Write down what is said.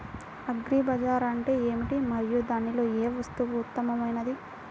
Agri బజార్ అంటే ఏమిటి మరియు దానిలో ఏ వస్తువు ఉత్తమమైనది?